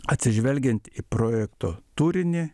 atsižvelgiant į projekto turinį